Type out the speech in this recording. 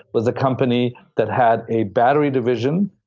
was a company that had a battery division,